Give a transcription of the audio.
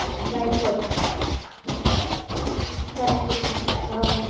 dry fruit dry ꯐ꯭ꯔꯨꯠꯁꯨ ꯑ